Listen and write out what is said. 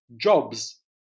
jobs